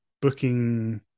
booking